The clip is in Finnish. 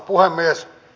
asia